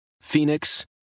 Phoenix